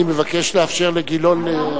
אני מבקש לאפשר לחבר הכנסת גילאון,